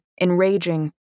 enraging